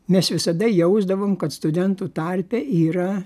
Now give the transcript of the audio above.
mes visada jausdavom kad studentų tarpe yra